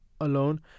alone